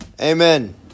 Amen